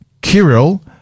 Kirill